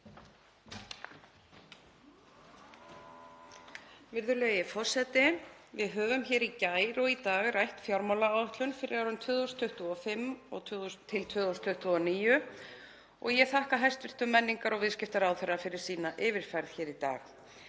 Við höfum í gær og í dag rætt fjármálaáætlun fyrir árin 2025–2029. Ég þakka hæstv. menningar- og viðskiptaráðherra fyrir sína yfirferð hér í dag.